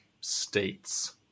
states